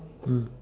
mm